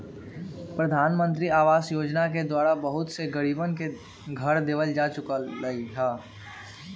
प्रधानमंत्री आवास योजना के द्वारा बहुत से गरीबन के घर देवल जा चुक लय है